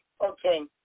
Okay